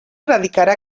radicarà